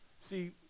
See